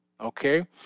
Okay